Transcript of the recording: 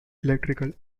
electrical